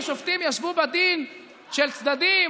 ששופטים ישבו בדין של צדדים,